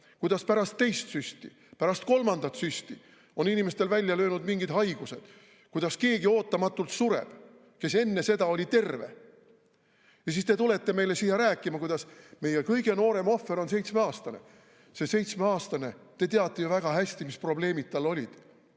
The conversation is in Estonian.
kuidas pärast teist süsti ja pärast kolmandat süsti on inimestel välja löönud mingid haigused, kuidas ootamatult sureb keegi, kes enne seda oli terve. Ja siis te tulete meile siia rääkima, kuidas meie kõige noorem ohver on seitsmeaastane. See seitsmeaastane – te teate ju väga hästi, mis probleemid tal olid.